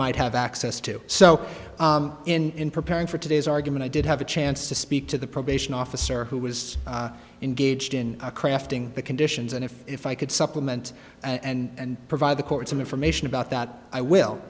might have access to so in preparing for today's argument i did have a chance to speak to the probation officer who was engaged in a crafting the conditions and if if i could supplement and provide the court some information about that i will